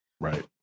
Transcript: right